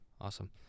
Awesome